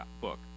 book